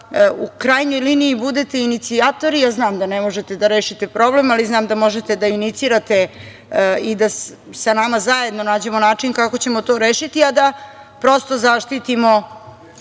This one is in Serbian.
u krajnjoj liniji budete inicijatori, jer znam da ne možete da rešite problem ali znam da možete da inicirate i da sa nama zajedno nađemo način kako ćemo to rešiti, a da prosto zaštitimo